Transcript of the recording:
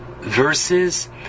verses